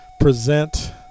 present